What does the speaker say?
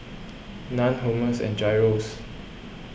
Naan Hummus and Gyros